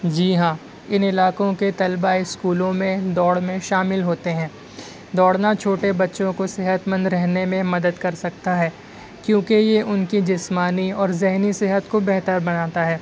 جی ہاں ان علاقوں کے طلبہ اسکولوں میں دوڑ میں شامل ہوتے ہیں دوڑنا چھوٹے بچوں کو صحت مند رہنے میں مدد کر سکتا ہے کیونکہ یہ ان کی جسمانی اورذہنی صحت کو بہتر بناتا ہے